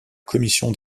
commission